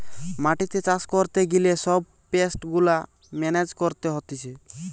মাটিতে চাষ করতে গিলে সব পেস্ট গুলা মেনেজ করতে হতিছে